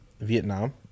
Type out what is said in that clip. Vietnam